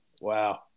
Wow